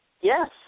yes